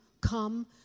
come